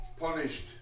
punished